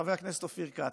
חבר הכנסת אופיר כץ.